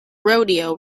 rodeo